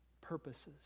purposes